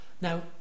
Now